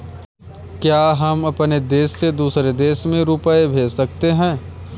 क्या हम अपने देश से दूसरे देश में रुपये भेज सकते हैं?